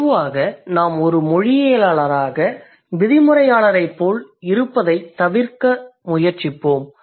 பொதுவாக நாம் ஒரு மொழியியலாளராக விதிமுறையாளரைப்போல் இருப்பதைத் தவிர்ப்பதற்கு முயற்சிக்கிறோம்